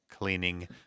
cleaning